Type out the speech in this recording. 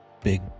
big